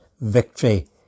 victory